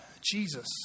Jesus